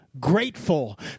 grateful